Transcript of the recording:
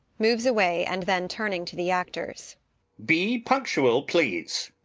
moves away and then turning to the actors be punctual, please!